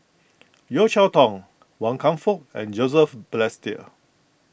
Yeo Cheow Tong Wan Kam Fook and Joseph Balestier